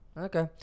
Okay